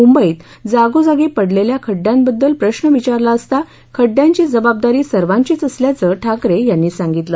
मुंबईत जागोजागी पडलेल्या खड्ड्यांबद्दल प्रश्न विचारला असता खड्डयांची जबाबदारी सर्वांचीच असल्याचं ठाकरे यांनी सांगितलं